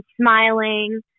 smiling